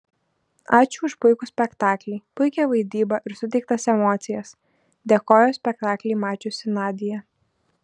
ačiū už puikų spektaklį puikią vaidybą ir suteiktas emocijas dėkojo spektaklį mačiusi nadia